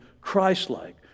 Christ-like